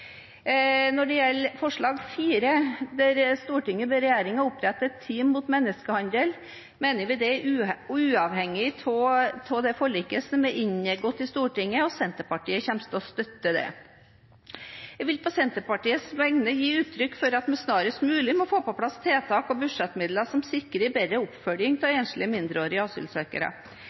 Når det gjelder forslag nr. 4, der man ber regjeringen opprette team mot menneskehandel, mener vi det er uavhengig av det forliket som er inngått i Stortinget, og Senterpartiet kommer til å støtte det. Jeg vil på Senterpartiets vegne gi uttrykk for at vi snarest mulig må få på plass tiltak og budsjettmidler som sikrer en bedre oppfølging av enslige mindreårige asylsøkere.